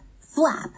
flap